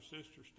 Sister